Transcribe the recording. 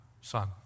son